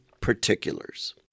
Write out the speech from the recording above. particulars